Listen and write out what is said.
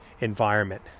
environment